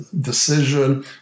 decision